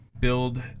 build